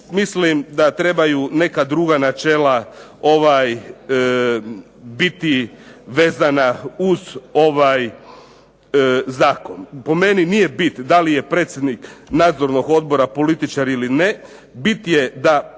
mislim da trebaju neka druga načela biti vezana uz ovaj zakon. Po meni nije bit da li je predsjednik nadzornog odbora političar ili ne, bit je da